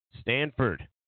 Stanford